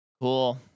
Cool